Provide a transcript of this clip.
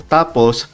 Tapos